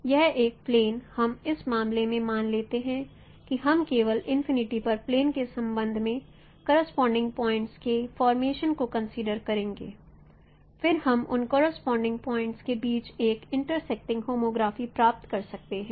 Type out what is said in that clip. तो यह प्लेन हम इस मामले में मान लेते हैं कि हम केवल इनफिनिटी पर प्लेन के संबंध में करोसपोंडिंग पॉइंट्स के फॉर्मेशन को कंसीडर करेंगे फिर हम उन करोसपोंडिंग पॉइंट्स के बीच एक इंटरेस्टिंग होमोग्राफी प्राप्त कर सकते हैं